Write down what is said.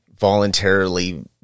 voluntarily